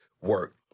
work